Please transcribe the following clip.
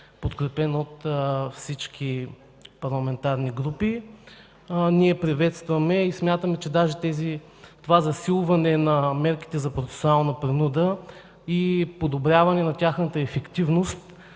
подкрепен от всички парламентарни групи, ние го приветстваме и смятаме, че засилването на мерките за процесуална принуда и подобряването на тяхната ефективност